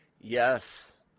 Yes